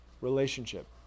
relationship